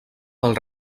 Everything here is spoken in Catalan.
del